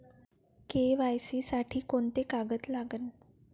KYC साठी कोंते कागद लागन?